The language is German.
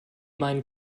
meinen